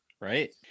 Right